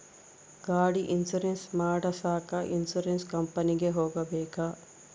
ಗಾಡಿ ಇನ್ಸುರೆನ್ಸ್ ಮಾಡಸಾಕ ಇನ್ಸುರೆನ್ಸ್ ಕಂಪನಿಗೆ ಹೋಗಬೇಕಾ?